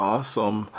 Awesome